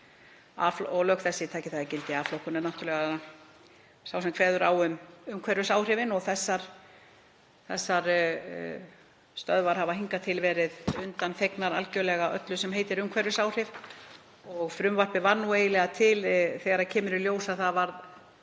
að lög þessi taki þegar gildi. A-flokkurinn er náttúrlega sá sem kveður á um umhverfisáhrifin og þessar stöðvar hafa hingað til verið undanþegnar algerlega öllu sem heitir umhverfisáhrif og frumvarpið varð eiginlega til þegar kom í ljós að það var